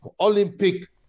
Olympic